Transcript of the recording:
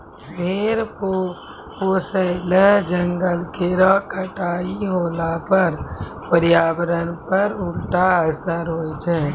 भेड़ पोसय ल जंगल केरो कटाई होला पर पर्यावरण पर उल्टा असर होय छै